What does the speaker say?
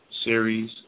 series